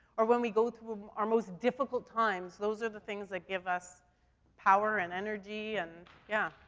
or when we go through um our most difficult times, those are the things that give us power, and energy, and yeah,